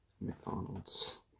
McDonald's